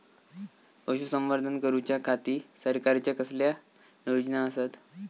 पशुसंवर्धन करूच्या खाती सरकारच्या कसल्या योजना आसत?